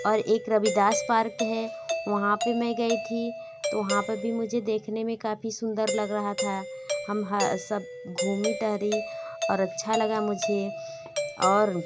और एक रविदास पार्क है वहाँ पर मैं गई थी तो वहाँ पर भी मुझे देखने में काफी सुंदर लग रहा था हम हर सब घूमि टहरी और अच्छा लगा मुझे और